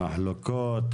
מחלוקות,